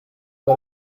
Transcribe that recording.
pas